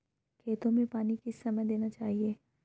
खेतों में पानी किस समय देना चाहिए?